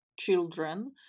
children